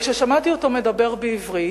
וכששמעתי אותו מדבר בעברית.